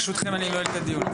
אני נועל את הדיון.